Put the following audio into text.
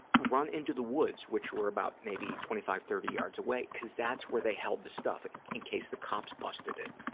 run into the woods, which were about maybe twenty five, thirty yards away, because that's where they held the stuff, and in case the cops busted it.